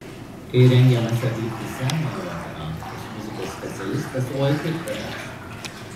kai rengiamasi atlikti senąją operą tos muzikos specialistas oi kaip praverstų